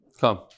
Come